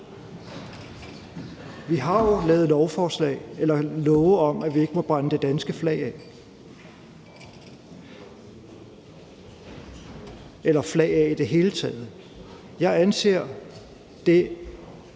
Vi har jo lavet love om, at vi ikke må brænde det danske flag af eller flag i det hele taget. Jeg anser det,